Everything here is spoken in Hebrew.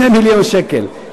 2 מיליון שקל.